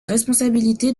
responsabilité